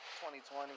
2020